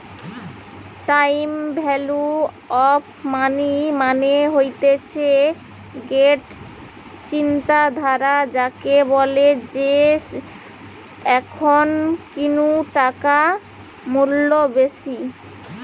time value of money মানে হতিছে গটে চিন্তাধারা যাকে বলে যে এখন কুনু টাকার মূল্য বেশি